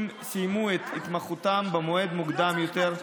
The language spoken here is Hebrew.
אם סיימו את התמחותם במועד מוקדם יותר,